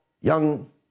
young